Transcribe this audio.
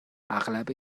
اغلب